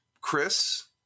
Chris